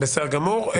בסדר גמור,